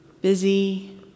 Busy